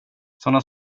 såna